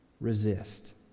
Resist